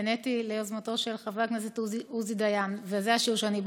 נעניתי ליוזמתו של חבר הכנסת עוזי דיין וזה השיר שאני בחרתי: